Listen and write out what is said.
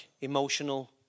emotional